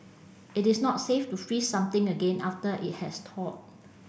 it is not safe to freeze something again after it has thawed